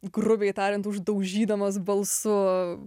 grubiai tariant uždaužydamas balsu